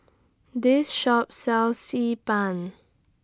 This Shop sells Xi Ban